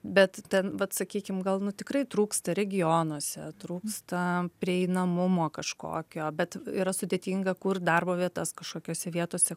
bet ten vat sakykim gal nu tikrai trūksta regionuose trūksta prieinamumo kažkokio bet yra sudėtinga kurt darbo vietas kažkokiose vietose